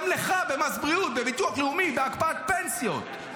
גם לך, במס בריאות, בביטוח לאומי, בהקפאת פנסיות.